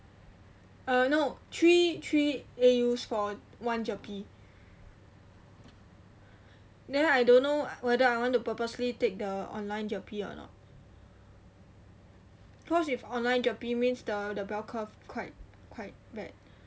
uh no three three A_U's for one GERPE then lah I don't know whether I want to purposely take the online GERPE or not cause if online GERPE means the the bell curve quite quite bad